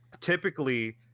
Typically